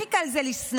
הכי קל זה לשנוא,